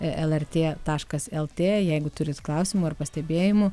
lrt taškas lt jeigu turit klausimų ar pastebėjimų